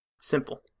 Simple